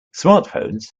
smartphones